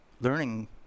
learning